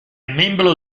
membro